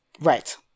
Right